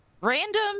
random